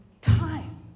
time